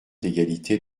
d’égalité